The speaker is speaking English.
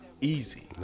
easy